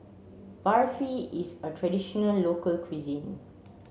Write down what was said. Barfi is a traditional local cuisine